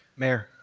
mayor,